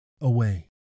away